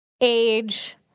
age